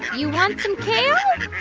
you want some kale?